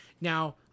now